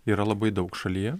yra labai daug šalyje